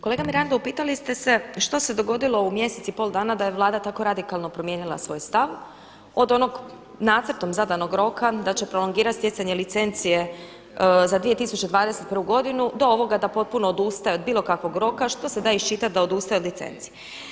Kolega Mirando upitali ste se što se dogodilo u mjesec i pol dana da je Vlada tako radikalno promijenila svoj stav od onog nacrtom zadanog roka da će prolongirati stjecanje licence za 2021. do ovoga da potpuno odustaje od bilo kakvog roka što se da iščitati da odustaje od licenci.